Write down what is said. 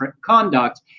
conduct